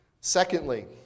Secondly